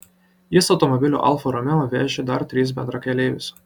jis automobiliu alfa romeo vežė dar tris bendrakeleivius